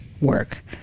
work